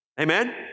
Amen